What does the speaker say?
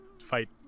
fight